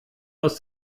aus